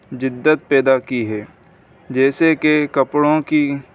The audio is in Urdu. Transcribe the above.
جدت پیدا کی ہے جیسے کہ کپڑوں کی